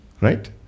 Right